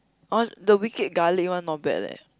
oh the Wicked Garlic one not bad eh